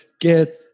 Get